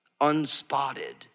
unspotted